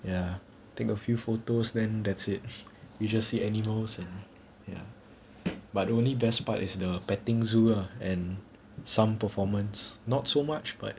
ya take a few photos then that's it you shall see animals in ya but only best part is the petting zoo ah and some performance not so much but